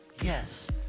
yes